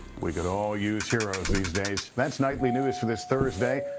we could all use heroes these days. that's nightly news for this thursday.